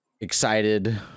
excited